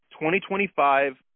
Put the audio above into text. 2025